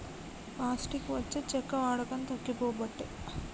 plastic వచ్చి చెక్క వాడకం తగ్గిపోబట్టే